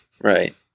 Right